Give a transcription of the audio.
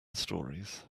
storeys